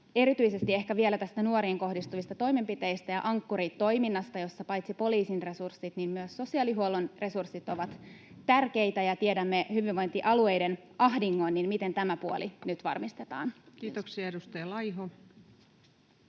erityisesti ehkä vielä nuoriin kohdistuvista toimenpiteistä ja Ankkuri-toiminnasta, jossa paitsi poliisin resurssit myös sosiaalihuollon resurssit ovat tärkeitä: kun tiedämme hyvinvointialueiden ahdingon, miten tämä puoli nyt varmistetaan? [Speech